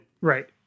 Right